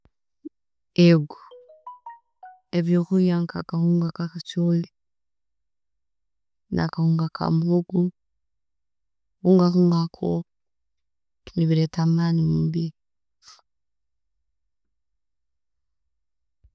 Ego, ebyokulya nga akahunga akabichooli, nakawunga ake mihoogo, obuhunga nkobwo nebuleeta amaani omumubiiri.